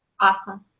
Awesome